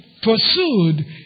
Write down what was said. pursued